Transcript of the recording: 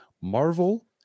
Marvel